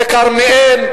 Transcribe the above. זה כרמיאל,